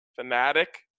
fanatic